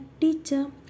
teacher